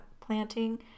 planting